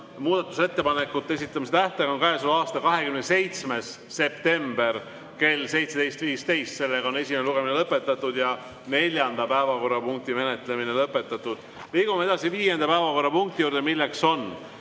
Muudatusettepanekute esitamise tähtaeg on käesoleva aasta 27. september kell 17.15. Esimene lugemine on lõpetatud ja neljanda päevakorrapunkti menetlemine samuti. Liigume edasi viienda päevakorrapunkti juurde, milleks on